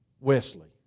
Wesley